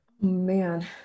man